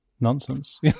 nonsense